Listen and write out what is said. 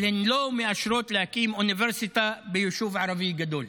אבל הן לא אישרו להקים אוניברסיטה ביישוב ערבי גדול.